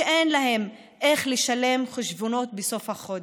שאין להם איך לשלם חשבונות בסוף החודש,